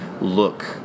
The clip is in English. look